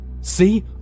See